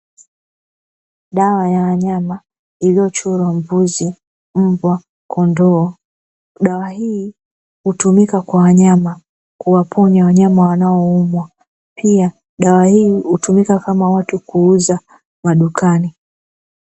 Dawa ya wanyama iliyochorwa mbuzi, mbwa, kondoo dawa hii hutumika kwa wanyama kuwaponya wanyama wanayoumwa pia dawa hii hutumika kama watu kuuza madukani.